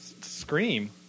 Scream